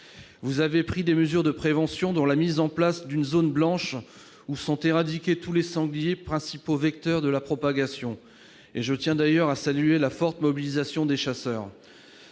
Vous avez pris des mesures de prévention, monsieur le ministre, dont la mise en place d'une zone blanche où sont éradiqués tous les sangliers, principaux vecteurs de la propagation de la maladie. Je tiens d'ailleurs à saluer la forte mobilisation des chasseurs.